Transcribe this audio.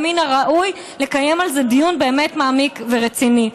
ומן הראוי לקיים על זה דיון באמת מעמיק ורציני.